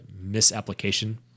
misapplication